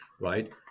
right